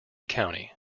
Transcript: county